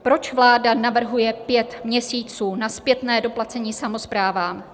Proč vláda navrhuje pět měsíců na zpětné doplacení samosprávám?